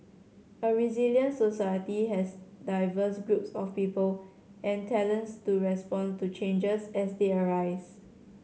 a resilient society has diverse groups of people and talents to respond to changes as they arise